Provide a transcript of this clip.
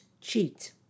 cheat